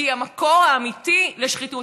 כי המקור האמיתי לשחיתות,